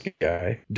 guy